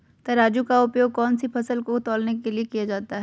तराजू का उपयोग कौन सी फसल को तौलने में किया जाता है?